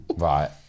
Right